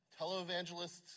televangelists